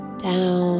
down